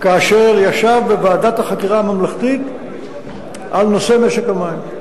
כאשר ישב בוועדת החקירה הממלכתית על נושא משק המים.